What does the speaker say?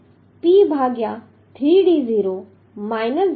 606 આવે છે અને P ભાગ્યા 3d0 માઈનસ 0